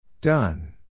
Done